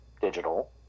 digital